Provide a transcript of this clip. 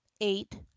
eight